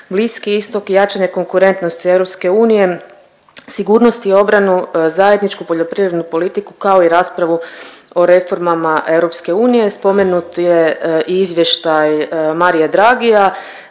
Bliski Istok, jačanje konkurentnosti EU, sigurnost i obranu, zajedničku poljoprivrednu politiku kao i raspravu o reformama EU. Spomenut je i izvještaj Maria Draghia